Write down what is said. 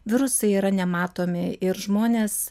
virusai yra nematomi ir žmonės